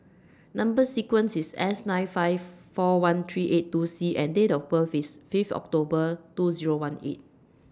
Number sequence IS S nine five four one three eight two C and Date of birth IS five October two Zero one eight